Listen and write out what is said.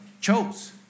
chose